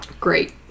Great